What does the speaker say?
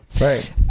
Right